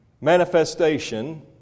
manifestation